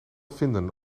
vinden